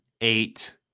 eight